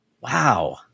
Wow